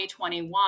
2021